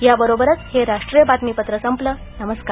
या बरोबरच हे राष्ट्रीय बातमीपत्र संपल नमस्कार